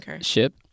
ship